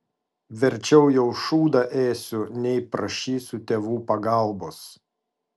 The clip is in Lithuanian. verčiau jau šūdą ėsiu nei prašysiu tėvų pagalbos